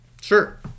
sure